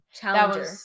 Challenger